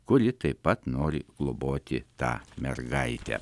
kuri taip pat nori globoti tą mergaitę